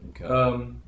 Okay